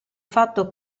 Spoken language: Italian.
fatto